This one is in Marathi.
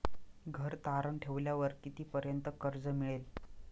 घर तारण ठेवल्यावर कितीपर्यंत कर्ज मिळेल?